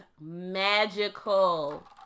magical